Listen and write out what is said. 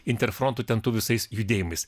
interfrontu ten tų visais judėjimais